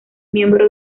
miembro